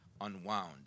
unwound